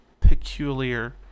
peculiar